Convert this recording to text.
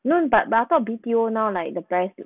no but but I thought B_T_O now like the price you